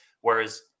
Whereas